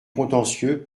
contentieux